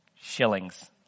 shillings